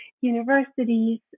universities